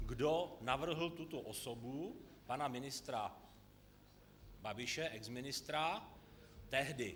Kdo navrhl tuto osobu pana ministra Babiše, exministra, tehdy?